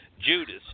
Judas